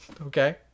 okay